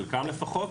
חלקם לפחות,